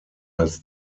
als